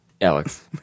Alex